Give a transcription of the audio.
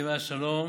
והסכמי השלום